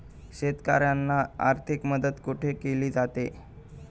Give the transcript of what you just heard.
शेतकऱ्यांना आर्थिक मदत कुठे केली जाते?